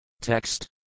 Text